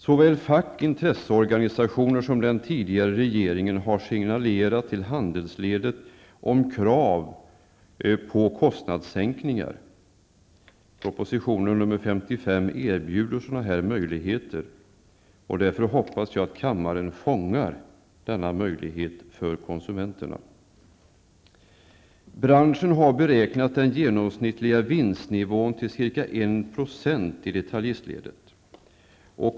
Såväl fack och intresseorganisationer som den tidigare regeringen har signalerat till handelsledet om krav på kostnadssänkningar. Proposition 1991/92:55 erbjuder sådana möjligheter. Därför hoppas jag att kammaren fångar denna möjlighet åt konsumenterna. Branschen har beräknat den genomsnittliga vinstnivån till ca 1 % i detaljistledet.